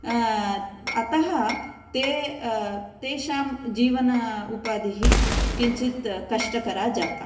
अतः ते तेषां जीवन उपाधिः किञ्चित् कष्टकरा जाता